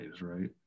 right